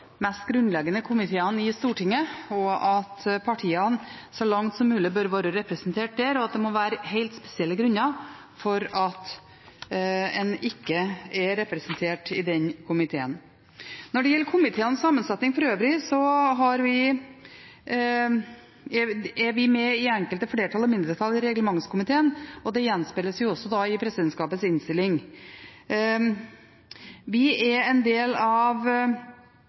mest grunnleggende komiteene i Stortinget, og at partiene så langt som mulig bør være representert der, og at det må være helt spesielle grunner for at en ikke er representert i den komiteen. Når det gjelder komiteenes sammensetning for øvrig, er vi med i enkelte flertall og mindretall i reglementskomiteen, og det gjenspeiles også i presidentskapets innstilling. Vi er en del av